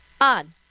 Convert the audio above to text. on